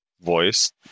voice